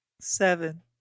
Seven